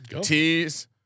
Tease